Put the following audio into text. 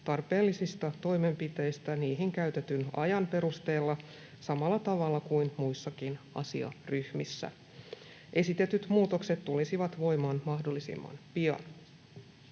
tarpeellisista toimenpiteistä niihin käytetyn ajan perusteella samalla tavalla kuin muissakin asiaryhmissä. Esitetyt muutokset tulisivat voimaan mahdollisimman pian.